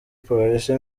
polisi